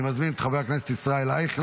אני מזמין את חבר הכנסת ישראל אייכלר,